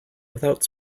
without